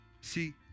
See